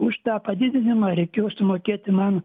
už tą padidinimą reikėjo sumokėti man